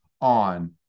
on